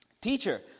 Teacher